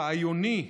הרעיוני,